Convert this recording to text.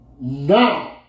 Now